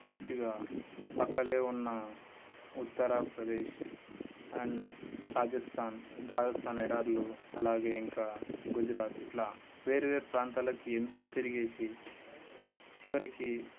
మంచిగా పక్కన ఉన్న ఉత్తరప్రదేశ్ అండ్ రాజస్థాన్ రాజస్థాన్ ఎడారులు అలాగే ఇంకా గుజరాత్ ఇట్లా వేరువేరు ప్రాంతాలకి ఎంతో తిరిగి చివరికి